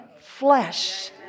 flesh